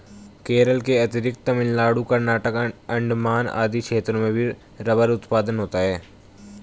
केरल के अतिरिक्त तमिलनाडु, कर्नाटक, अण्डमान आदि क्षेत्रों में भी रबर उत्पादन होता है